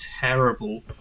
terrible